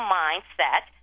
mindset